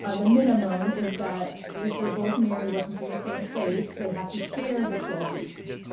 ah the minimum is that if they're both married working for the same place, they have to share the twelve weeks,